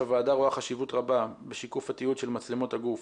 הוועדה רואה חשיבות רבה בשיקוף התיעוד של מצלמות הגוף